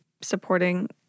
supporting